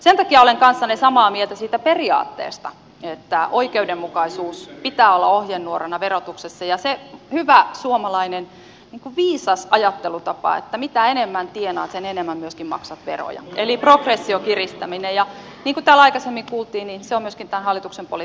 sen takia olen kanssanne samaa mieltä siitä periaatteesta että oikeudenmukaisuuden pitää olla ohjenuorana verotuksessa ja se hyvä suomalainen viisas ajattelutapa että mitä enemmän tienaat sen enemmän myöskin maksat veroja eli progression kiristäminen ja niin kuin täällä aikaisemmin kuultiin se on myöskin tämän hallituksen politiikassa näkynyt